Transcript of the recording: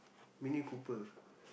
Mini-Cooper